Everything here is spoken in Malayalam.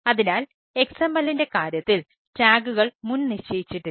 അതിനാൽ XML ന്റെ കാര്യത്തിൽ ടാഗുകൾ മുൻനിശ്ചയിച്ചിട്ടില്ല